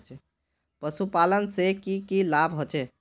पशुपालन से की की लाभ होचे?